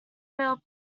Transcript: mailed